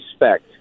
respect